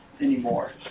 anymore